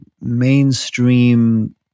mainstream